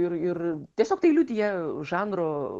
ir ir tiesiog tai liudija žanro